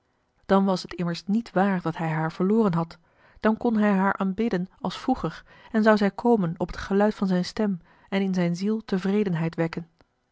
dan was t immers niet waar dat hij haar verloren had dan kon hij haar aanbidden als vroeger en zou zij komen op het geluid van zijn stem en in zijn ziel tevredenheid wekken